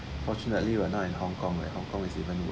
fortunately we are not in hong kong leh hong kong is even worst